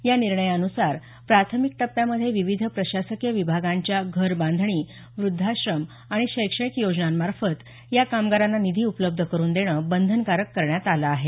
या निर्णयानुसार प्राथमिक टप्प्यामध्ये विविध प्रशासकीय विभागांच्या घरबांधणी व्रद्धाश्रम आणि शैक्षणिक योजनांमार्फत या कामगारांना निधी उपलब्ध करुन देणं बंधनकारक करण्यात आलं आहे